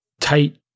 tight